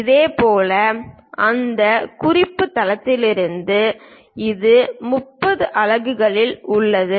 இதேபோல் அந்த குறிப்பு தளத்திலிருந்து இது 30 அலகுகளில் உள்ளது